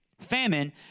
famine